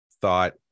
thought